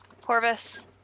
Corvus